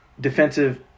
defensive